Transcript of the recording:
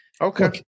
Okay